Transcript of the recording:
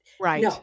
right